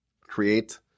create